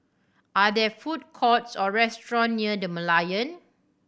are there food courts or restaurant near The Merlion